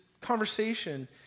conversation